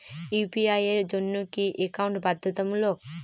UPI এর জন্য কি একাউন্ট বাধ্যতামূলক?